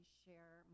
share